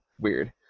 weird